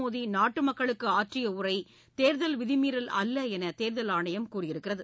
மோடி நாட்டு மக்களுக்கு ஆற்றிய உரை தேர்தல் விதிமீறல் அல்ல என்று தேர்தல் ஆணையம் கூறியுள்ளது